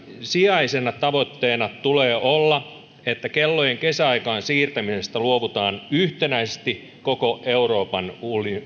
ensisijaisena tavoitteena tulee olla että kellojen kesäaikaan siirtämisestä luovutaan yhtenäisesti koko euroopan